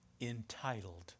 entitled